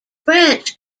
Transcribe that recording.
branch